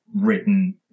written